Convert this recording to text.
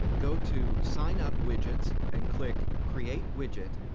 go to signup widgets and click create widget.